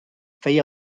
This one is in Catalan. feia